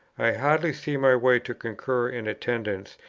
i hardly see my way to concur in attendance,